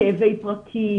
כאבי פרקים,